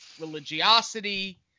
religiosity